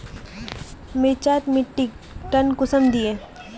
मिर्चान मिट्टीक टन कुंसम दिए?